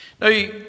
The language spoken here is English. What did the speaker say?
Now